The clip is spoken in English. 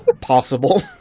Possible